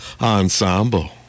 Ensemble